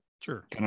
Sure